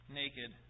naked